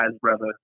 brother